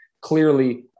clearly